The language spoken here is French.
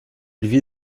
vit